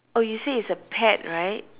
oh you say it's a pet right